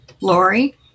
Lori